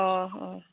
अ अ